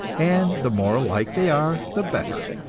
and the more alike they are the better.